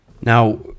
Now